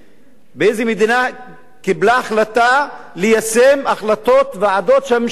איזו ממשלה קיבלה החלטה ליישם החלטות של ועדות שהממשלה הקימה,